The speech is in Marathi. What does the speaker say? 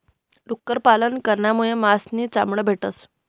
डुक्कर पालन करामुये मास नी चामड भेटस